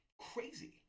crazy